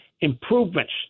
improvements